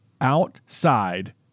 outside